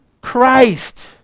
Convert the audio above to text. Christ